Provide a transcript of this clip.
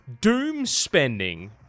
doom-spending